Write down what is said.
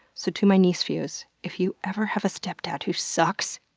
so to my niecephews, if you ever have a stepdad who sucks,